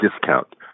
discount